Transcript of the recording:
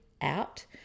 out